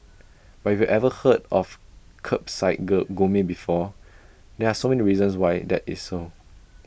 but if you've ever heard of Kerbside go gourmet before there are so many reasons why that is so